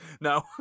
No